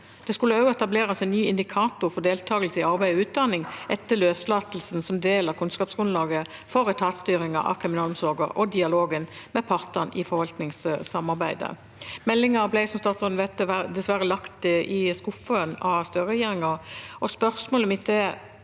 Det skulle også etableres en ny indikator for deltakelse i arbeid og utdanning etter løslatelsen, som del av kunnskapsgrunnlaget for etatsstyringen av kriminalomsorgen og dialogen med partene i forvaltningssamarbeidet. Meldingen ble, som statsråden vet, dessverre lagt i skuffen av Støre-regjeringen. Spørsmålet mitt er: